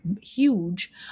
huge